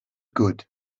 good